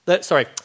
Sorry